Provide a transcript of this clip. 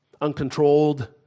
uncontrolled